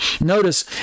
Notice